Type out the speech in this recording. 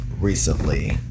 recently